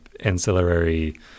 ancillary